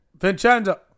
Vincenzo